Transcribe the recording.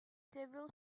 several